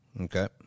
Okay